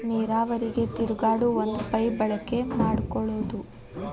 ನೇರಾವರಿಗೆ ತಿರುಗಾಡು ಒಂದ ಪೈಪ ಬಳಕೆ ಮಾಡಕೊಳುದು